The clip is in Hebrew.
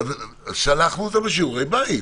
שלחנו אותם לשיעורי בית.